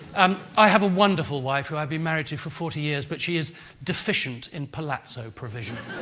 um i have a wonderful wife who i've been married to for forty years, but she is deficient in palazzo provision.